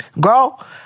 Girl